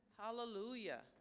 hallelujah